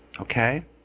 Okay